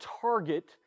target